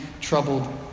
troubled